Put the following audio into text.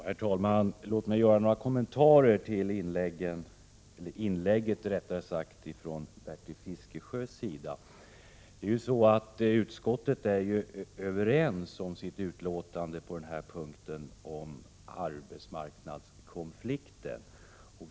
Herr talman! Låt mig göra några kommenterar till Bertil Fiskesjös inlägg. Det är ju så att utskottet är överens om sin skrivning om arbetsmarknadskonflikterna.